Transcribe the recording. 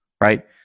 right